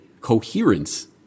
coherence